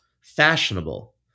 fashionable